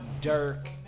Dirk